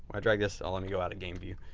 i drag this let me go out of game view.